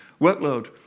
Workload